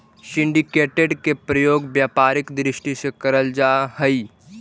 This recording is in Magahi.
सिंडीकेटेड के प्रयोग व्यापारिक दृष्टि से करल जा हई